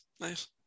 nice